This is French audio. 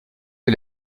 est